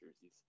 jerseys